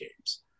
games